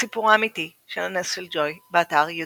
הסיפור האמיתי של הנס של ג'וי, באתר יוטיוב.